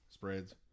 spreads